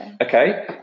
Okay